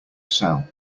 sell